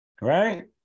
Right